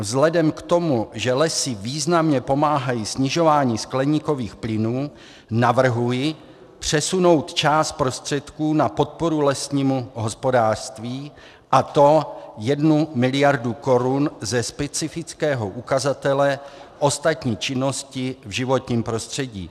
Vzhledem k tomu, že lesy významně pomáhají snižování skleníkových plynů, navrhuji přesunout část prostředků na podporu lesnímu hospodářství, a to 1 miliardu korun ze specifického ukazatele ostatní činnosti v životním prostředí.